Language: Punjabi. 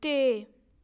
ਅਤੇ